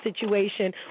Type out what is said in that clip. situation